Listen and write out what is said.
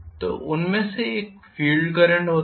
तो उनमें से एक फ़ील्ड करंट होता है